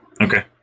Okay